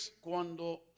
cuando